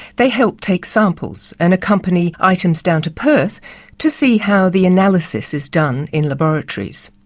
they help take samples and accompany items down to perth to see how the analysis is done in laboratories.